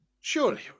Surely